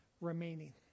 remaining